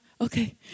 okay